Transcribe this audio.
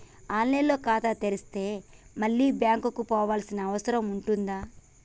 On line లో ఖాతా తెరిస్తే మళ్ళీ బ్యాంకుకు పోవాల్సిన అవసరం ఉంటుందా?